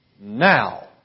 now